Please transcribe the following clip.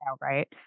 right